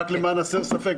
רק למען הסר ספק,